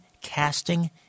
casting